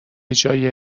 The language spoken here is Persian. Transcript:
جای